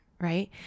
right